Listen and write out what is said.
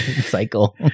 cycle